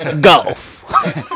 golf